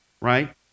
right